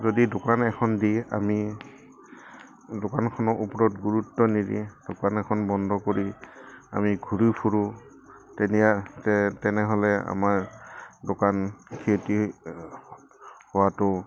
যদি দোকান এখন দি আমি দোকানখনৰ ওপৰত গুৰুত্ব নিদি দোকান এখন বন্ধ কৰি আমি ঘূৰি ফুুৰোঁ তেনে তেনেহ'লে আমাৰ দোকান ক্ষতি হোৱাটো